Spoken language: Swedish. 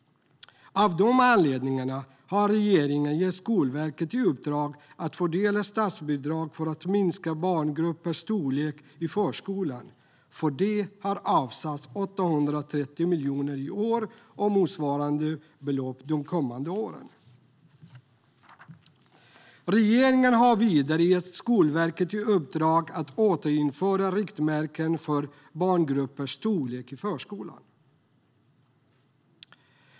Av de anledningarna har regeringen gett Skolverket i uppdrag att fördela statsbidrag för att minska barngruppernas storlek i förskolan. För detta avsätts 830 miljoner i år och motsvarande belopp kommande år. Regeringen har vidare gett Skolverket i uppdrag att återinföra riktmärken för barngruppernas storlek i förskolan.